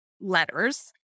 letters